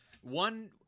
one